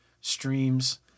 streams